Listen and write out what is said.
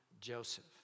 Joseph